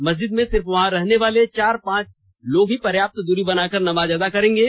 मस्ज्जिद में सिर्फ वहां रहने वाले चार पांच ही पर्याप्त दूरी बनाकर नमाज अदा करेंगे